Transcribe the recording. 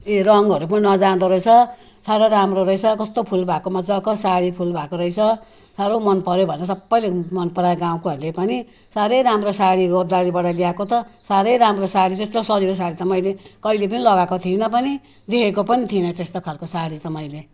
ए रङहरू पनि नजाँदो रहेछ साह्रै राम्रो रहेछ कस्तो फुल भएको मजाको साडी फुल भएको रहेछ साह्रो मन पऱ्यो भनेर सबैले मन परायो गाउँकोहरूले पनि साह्रै राम्रो साडी ओत्लाबारीबाट ल्याएको त साह्रै राम्रो सारी त्यस्तो सजिलो साडी त मैले कहिले पनि लगाएको थिइनँ पनि देखेको पनि थिइनँ त्यस्तो खालको साडी त मैले